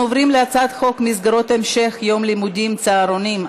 אנחנו עוברים להצעת חוק מסגרות המשך יום לימודים (צהרונים),